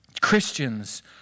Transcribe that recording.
Christians